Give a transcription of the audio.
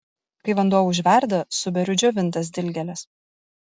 kai vanduo užverda suberiu džiovintas dilgėles